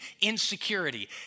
insecurity